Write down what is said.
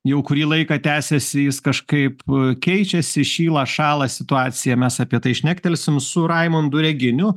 jau kurį laiką tęsiasi jis kažkaip keičiasi šyla šąla situacija mes apie tai šnektelsim su raimundu reginiu